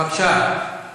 בבקשה.